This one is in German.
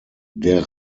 der